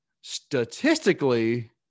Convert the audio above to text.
statistically